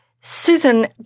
Susan